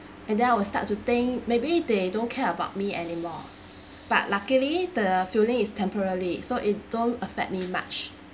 and then I will start to think maybe they don't care about me anymore but luckily the feeling is temporary so it don't affect me much